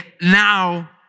now